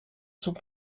zug